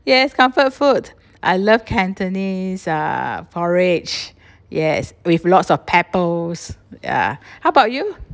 yes comfort food I love cantonese uh porridge yes with lots of peppers ya how about you